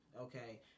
Okay